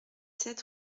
sept